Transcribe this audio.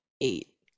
eight